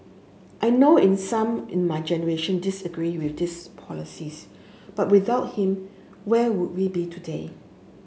I know in some in my generation disagree with this policies but without him where would we be today